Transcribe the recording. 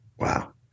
Wow